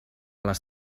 les